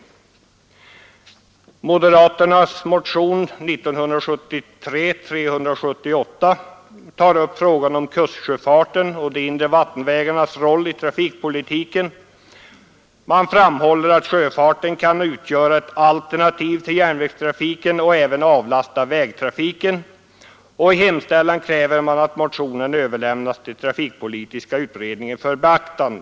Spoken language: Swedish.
I moderaternas motion 738 berörs frågan om kustsjöfarten och de inre vattenvägarnas roll i trafikpolitiken. Man framhåller att sjöfarten kan utgöra ett alternativ till järnvägstrafiken och även avlasta vägtrafiken. I hemställan kräver man att motionen överlämnas till trafikpolitiska utredningen för beaktande.